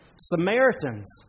Samaritans